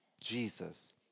Jesus